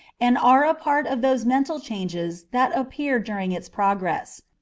and are a part of those mental changes that appear during its progress.